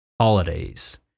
holidays